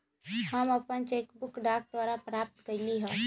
हम अपन cheque book डाक द्वारा प्राप्त कईली ह